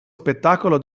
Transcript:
spettacolo